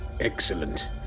Excellent